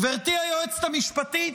גברתי היועצת המשפטית,